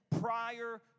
prior